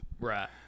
Right